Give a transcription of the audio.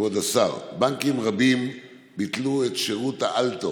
כבוד השר, בנקים רבים ביטלו את שירות אל-תור.